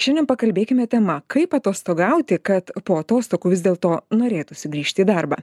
šiandien pakalbėkime tema kaip atostogauti kad po atostogų vis dėl to norėtųsi grįžti į darbą